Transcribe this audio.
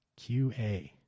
QA